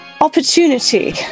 opportunity